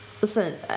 Listen